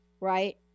right